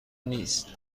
نیست